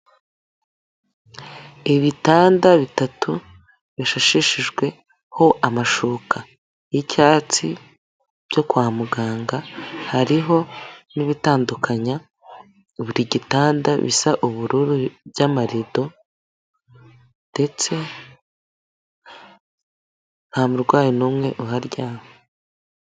Ibitanda bitatu bishashishijweho amashuka y'icyatsi byo kwa muganga, hariho n'ibitandukanya buri gitanda bisa ubururu by'amarido ndetse nta murwayi n'umwe uharyamye.